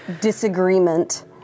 Disagreement